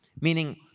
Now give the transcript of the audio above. meaning